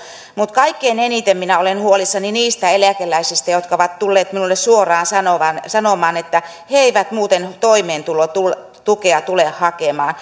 mutta kaikkein eniten minä olen huolissani niistä eläkeläisistä jotka ovat tulleet minulle suoraan sanomaan että he eivät muuten toimeentulotukea tule hakemaan